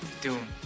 Doom